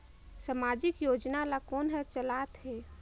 समाजिक योजना ला कोन हर चलाथ हे?